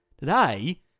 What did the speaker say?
Today